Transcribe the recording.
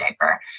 diaper